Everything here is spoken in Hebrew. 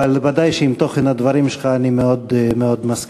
אבל ודאי שעם תוכן הדברים שלך אני מאוד מסכים.